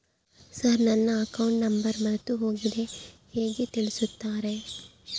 Sir ನನ್ನ account number ಮರೆತುಹೋಗಿದೆ ಹೇಗೆ ತಿಳಿಸುತ್ತಾರೆ?